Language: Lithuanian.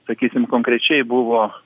sakysim konkrečiai buvo